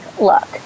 look